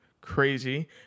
crazy